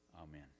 Amen